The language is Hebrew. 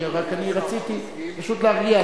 פשוט רציתי להרגיע,